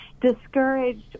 discouraged